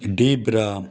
Debra